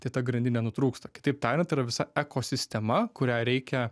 tai ta grandinė nutrūksta kitaip tariant yra visa ekosistema kurią reikia